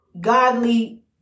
Godly